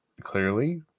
clearly